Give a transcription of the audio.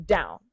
Down